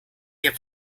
hier